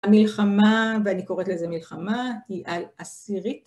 המלחמה, ואני קוראת לזה מלחמה, היא על עשירית.